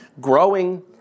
Growing